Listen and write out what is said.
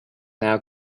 now